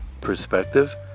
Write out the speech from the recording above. perspective